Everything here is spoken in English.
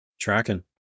Tracking